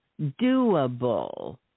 doable